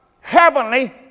heavenly